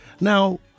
Now